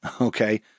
Okay